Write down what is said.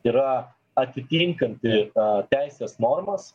yra atitinkanti tą teisės normas